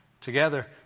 Together